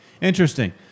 interesting